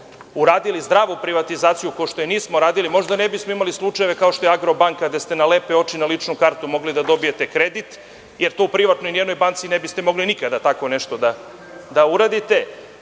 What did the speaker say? radili zdravu privatizaciju, kao što je nismo uradili, možda ne bismo imali slučajeve kao što je „Agrobanka“, gde ste na lepe oči, na ličnu kartu, mogli da dobijete kredit, jer to ni u jednoj privatnoj banci ne biste mogli nikada, ili „Razvojnu banku